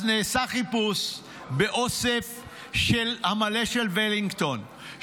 אז נעשה חיפוש באוסף המכתבים המלא של וולינגטון,